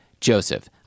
Joseph